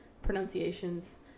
pronunciations